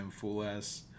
fool-ass